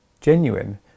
genuine